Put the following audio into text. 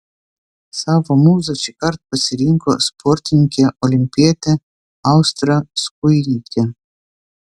savo mūza šįkart pasirinko sportininkę olimpietę austrą skujytę